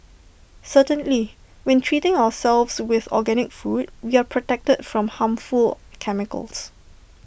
certainly when treating ourselves with organic food we are protected from harmful chemicals